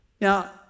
Now